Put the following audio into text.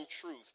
truth